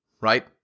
Right